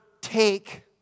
take